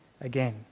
again